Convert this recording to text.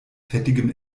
fettigem